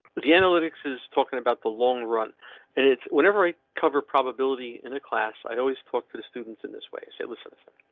but the analytics is talking about the long run and it's whenever i cover probability in a class, i always talk to the students in this way so it listens.